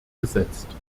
gesetzt